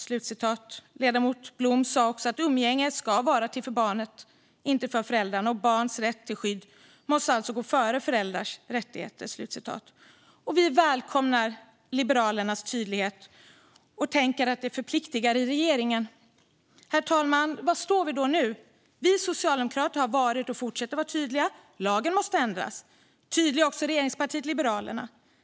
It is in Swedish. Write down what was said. Juno Blom sa också: "Umgänge ska vara till för barnet, inte för föräldrarna. Och barns rätt till skydd måste alltid gå före föräldrars rättigheter." Vi välkomnar Liberalernas tydlighet. Den förpliktar i regeringen. Herr talman! Var står vi då nu? Vi socialdemokrater har varit och fortsätter att vara tydliga. Lagen måste ändras. Tydliga är också regeringspartiet Liberalerna.